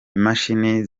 imashini